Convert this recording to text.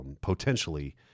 potentially